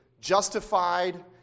justified